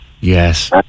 Yes